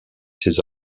ses